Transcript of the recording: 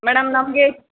madam ನಮಗೆ